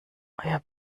euer